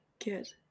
Good